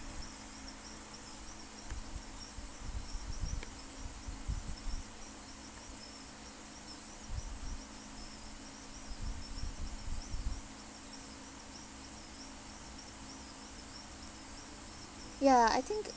ya I think